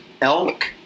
elk